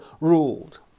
ruled